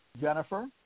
Jennifer